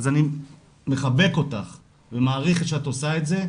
אז אני מחבק אותך ומעריך שאת עושה את זה.